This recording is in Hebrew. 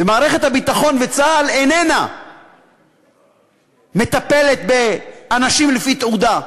ומערכת הביטחון וצה"ל איננה מטפלת באנשים לפי תעודה,